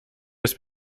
bis